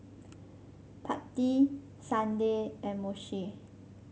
Patti Sunday and Moshe